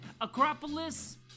Acropolis